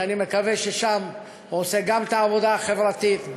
שאני מקווה ששם הוא עושה גם את העבודה החברתית,